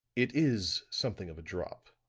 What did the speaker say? it is something of a drop,